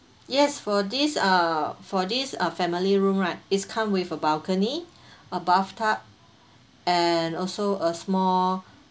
yes for this uh for this uh family room right is come with a balcony a bathtub and also a small